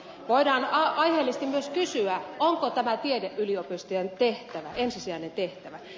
voidaan aiheellisesti myös kysyä onko tämä tiedeyliopistojen ensisijainen tehtävä